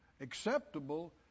acceptable